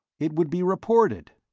it would be reported.